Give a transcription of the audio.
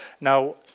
now